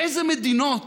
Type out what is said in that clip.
באיזו מדינות